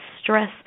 stress